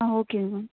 ஆ ஓகேங்க மேம்